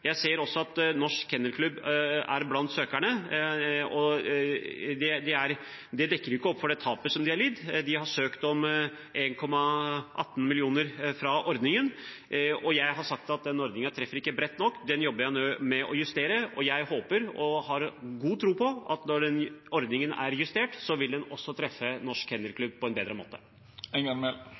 Jeg ser også at Norsk Kennel Klub er blant søkerne. Men det dekker ikke opp for det tapet de har lidd – de har søkt om 1,18 mill. kr fra ordningen. Jeg har sagt at denne ordningen ikke treffer bredt nok. Den jobber jeg nå med å justere, og jeg håper og har god tro på at når ordningen er justert, vil den også treffe Norsk Kennel Klub på en bedre